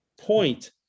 point